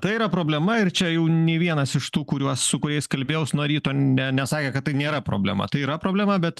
tai yra problema ir čia jau nei vienas iš tų kuriuos su kuriais kalbėjaus nuo ryto ne nesakė kad tai nėra problema tai yra problema bet